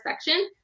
section